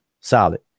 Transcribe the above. solid